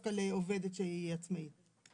דווקא לעובדת שהיא עצמאית.